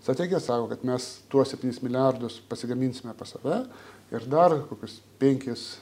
strategija sako kad mes tuos septynis milijardus pasigaminsime pas save ir dar kokius penkis